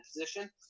position